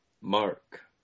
Mark